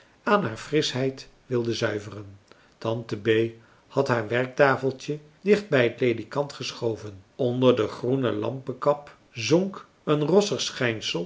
aan haar frischheid wilde zuiveren tante bee had haar werktafeltje dicht bij het ledikant geschoven onder de groene lampenkap zonk een rossig